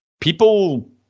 people